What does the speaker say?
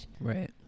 right